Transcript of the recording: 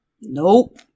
Nope